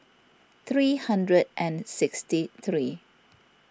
three hundred and sixty three